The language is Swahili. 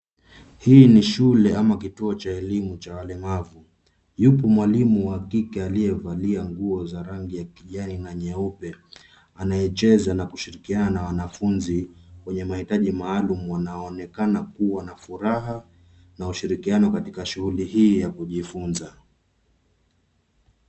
Hii ni shule ama kituo cha elimu cha walemavu. Yupo mwalimu wa kike aliyevalia nguo za rangi ya kijani na nyeupe anayecheza na kushirikiana na wanafunzi wenye mahitaji maalum, wanaoonekana kuwa na furaha na ushirikiano katika shughuli hii ya kujifunza.